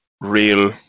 real